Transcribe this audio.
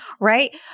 Right